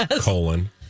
colon